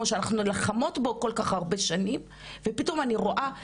שאנחנו נלחמות בו כל כך הרבה שנים ופתאום אני רואה,